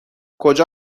کجا